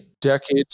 decades